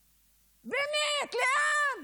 באמת, לאן?